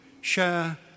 share